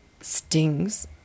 stings